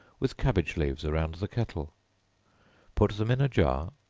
with cabbage leaves around the kettle put them in a jar,